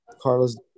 Carlos